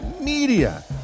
Media